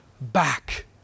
back